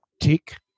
tick